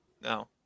no